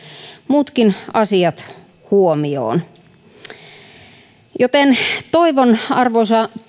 muutkin asiat huomioon toivon siis arvoisa